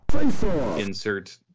insert